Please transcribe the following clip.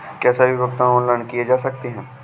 क्या सभी भुगतान ऑनलाइन किए जा सकते हैं?